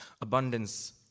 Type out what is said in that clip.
Abundance